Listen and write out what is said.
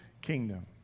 kingdom